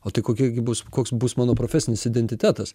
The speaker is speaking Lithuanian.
o tai kokia gi bus koks bus mano profesinis identitetas